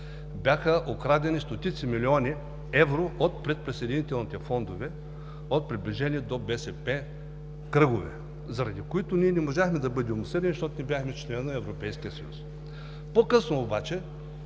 бяха окрадени стотици милиони евро от предприсъединителните фондове от приближени до БСП кръгове, заради които ние не можахме да бъдем осъдени, защото не бяхме членове на Европейския съюз. По-късно обаче,